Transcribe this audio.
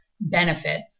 benefit